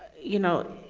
you know,